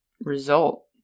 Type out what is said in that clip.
result